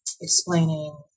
explaining